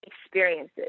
experiences